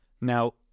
Now